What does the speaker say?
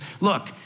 look